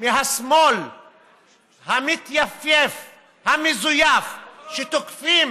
מהשמאל המתייפייף המזויף שתוקפים